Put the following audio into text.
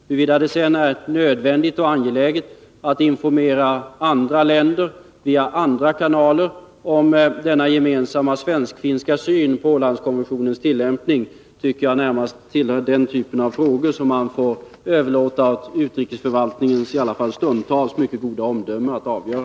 Huruvida det sedan är nödvändigt och angeläget att informera andra länder via andra kanaler om denna gemensamma svenskfinska syn på Ålandskonventionens tillämpning, tycker jag närmast tillhör den typ av frågor som man får överlåta åt utrikesförvaltningen, med dess i alla fall stundtals mycket goda omdöme, att avgöra.